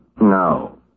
No